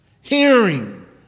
hearing